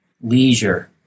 leisure